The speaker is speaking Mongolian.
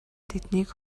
тэднийг